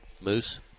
moose